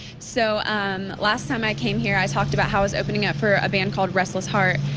so um last time i came here i talked about how i was opening up for a band called reckless heart.